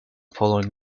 following